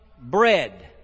bread